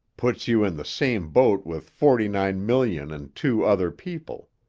puts you in the same boat with forty-nine million and two other people.